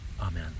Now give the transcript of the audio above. Amen